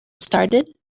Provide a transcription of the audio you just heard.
started